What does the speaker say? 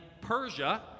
Persia